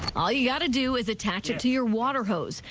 all you've got to do is attach it to your water hose.